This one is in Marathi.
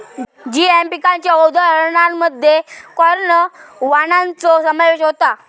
जीएम पिकांच्या उदाहरणांमध्ये कॉर्न वाणांचो समावेश होता